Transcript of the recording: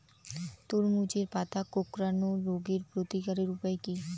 তরমুজের পাতা কোঁকড়ানো রোগের প্রতিকারের উপায় কী?